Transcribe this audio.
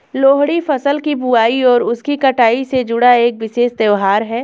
लोहड़ी फसल की बुआई और उसकी कटाई से जुड़ा एक विशेष त्यौहार है